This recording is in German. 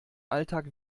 alltag